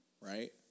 right